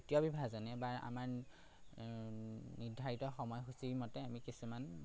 বা আমাৰ নিৰ্ধাৰিত সময়সূচীৰ মতে আমি কিছুমান